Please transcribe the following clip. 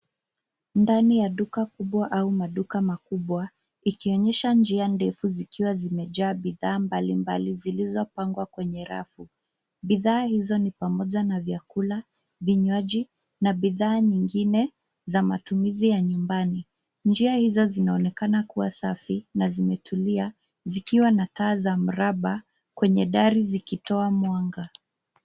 Ndani ya duka kubwa au maduka makubwa ikionyesha njia ndefu zikiwa zimejaa bidhaa mbalimbali zilizopangwa kwenye rafu, bidhaa hizo ni pamoja na vyakula, vinywaji na bidhaa nyingine za matumizi ya nyumbani ,njia hizo zinaonekana kuwa safi na zimetulia zikiwa na taa za mraba kwenye gari zikitoa mwanga.